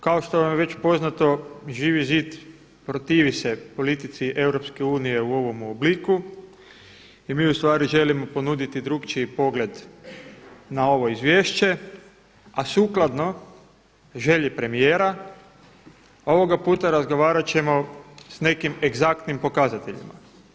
Kao što vam je već poznato Živi zid protivi se politici EU u ovome obliku i mi ustvari želimo ponuditi drukčiji pogled na ovo izvješće, a sukladno želji premijera ovoga puta razgovarat ćemo s nekim egzaktnim pokazateljima.